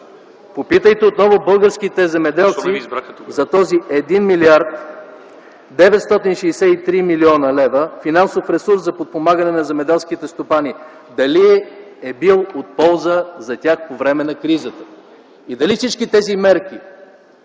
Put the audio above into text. Попитайте отново българските земеделци за този 1 млрд. 963 млн. лв. финансов ресурс за подпомагане на земеделските стопани дали е бил от полза за тях по време на кризата? Дали всички тези мерки